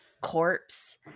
corpse